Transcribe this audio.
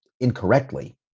incorrectly